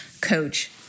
coach